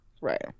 Right